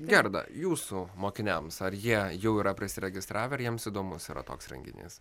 gerda jūsų mokiniams ar jie jau yra prisiregistravę ar jiems įdomus yra toks renginys